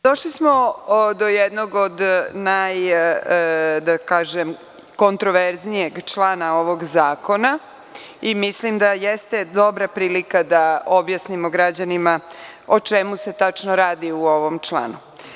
Došlo smo do jednog od, da tako kažem, najkontraverznijeg člana ovog zakona i mislim da jeste dobra prilika da objasnimo građanima o čemu se tačno radi u ovom članu.